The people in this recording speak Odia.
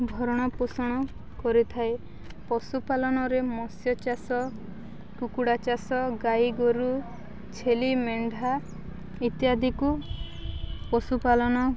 ଭରଣପୋଷଣ କରିଥାଏ ପଶୁପାଳନରେ ମତ୍ସ୍ୟଚାଷ କୁକୁଡ଼ା ଚାଷ ଗାଈ ଗୋରୁ ଛେଳି ମେଣ୍ଢା ଇତ୍ୟାଦିକୁ ପଶୁପାଳନ